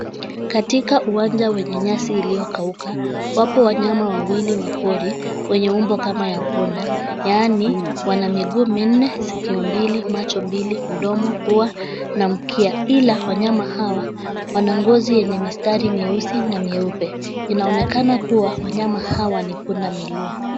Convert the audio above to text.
Katika uwanja wenye nyasi iliyokauka wapo wanyama wawili wa pori wenye umbo kama ya punda yaani wana miguu minne, sikio mbili, macho mbili, mdomo, pua na mkia ila wanyama hawa wana ngozi yenye mistari mieusi na mieupe. Inaonekana kuwa wanyama hawa ni pundamilia.